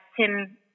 Tim